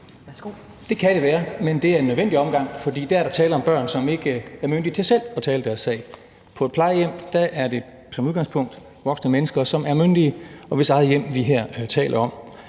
Det kan det være, men det er en nødvendig omgang, for dér er der tale om børn, som ikke er myndige til selv at tale deres sag. På et plejehjem bor der som udgangspunkt voksne mennesker, som er myndige, og hvis eget hjem vi her taler om.